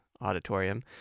auditorium